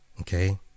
okay